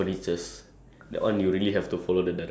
okay if you okay like what you said